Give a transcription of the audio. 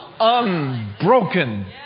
unbroken